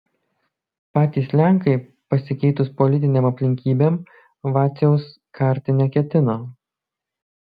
patys lenkai pasikeitus politinėm aplinkybėm vaciaus karti neketino